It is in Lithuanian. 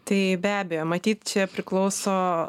tai be abejo matyt čia priklauso